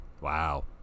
Wow